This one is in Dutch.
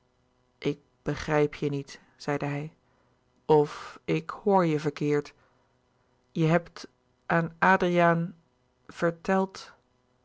ik begrijp je niet zeide hij of ik hoor je verkeerd je hebt aan adriaan verteld